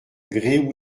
gréoux